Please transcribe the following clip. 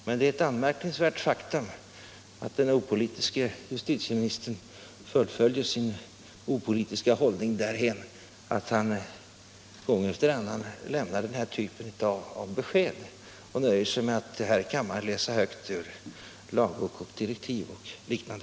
Men det är ett anmärkningsvärt faktum att den opolitiske justitieministern fullföljer sin opolitiska hållning därhän att han gång efter annan lämnar den här typen av besked och nöjer sig med att i kammaren läsa högt ur lagbok, direktiv och liknande.